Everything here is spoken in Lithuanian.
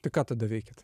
tai ką tada veikiat